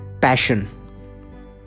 passion